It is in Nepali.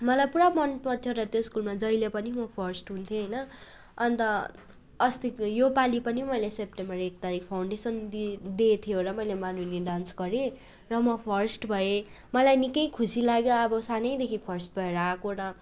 मलाई पुरा मनपर्थ्यो र त्यो स्कुलमा जहिले पनि म फर्स्ट हुन्थेँ होइन अन्त अस्तिको योपालि पनि मैले सेप्टेम्बर एक तारिक फाउन्डेसन डे डे थियो र मैले मारुनी डान्स गरेँ र म फर्स्ट भएँ मलाई निकै खुसी लाग्यो अब सानैदेखि फर्स्ट भएर आएको र